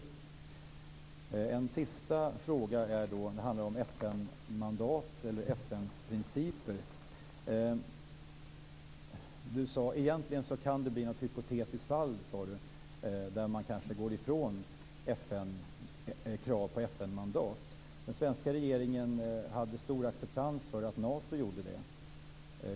Den sista frågan handlar om FN-mandat eller FN:s principer. Egentligen kan det bli något hypotetiskt fall, sade du, där man kanske går ifrån krav på FN-mandat. Den svenska regeringen hade stor acceptans för att Nato gjorde det.